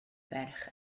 ferch